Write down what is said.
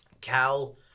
Cal